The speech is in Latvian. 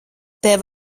tev